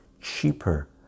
cheaper